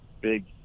big